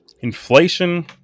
Inflation